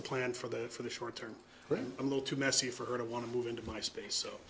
the plan for that for the short term but a little too messy for her to want to move into my space so